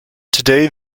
today